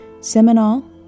Seminole